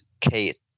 Kate